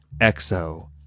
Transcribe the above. Exo